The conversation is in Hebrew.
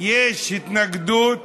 יש התנגדות